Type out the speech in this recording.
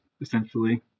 essentially